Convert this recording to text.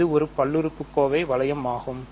இது ஒரு பல்லுறுப்புக்கோவையை வளையம் ஆகும்